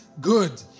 good